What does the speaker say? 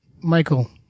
Michael